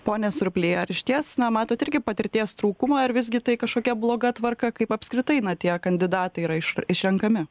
pone surply ar išties na matot irgi patirties trūkumą ar visgi tai kažkokia bloga tvarka kaip apskritai na tie kandidatai yra iš išrenkami